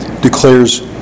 declares